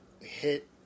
hit